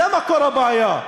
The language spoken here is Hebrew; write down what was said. זה מקור הבעיה.